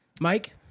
Mike